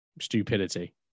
stupidity